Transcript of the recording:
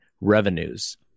revenues